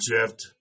shift